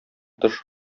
тыш